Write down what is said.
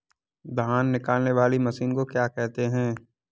धान निकालने वाली मशीन को क्या कहते हैं?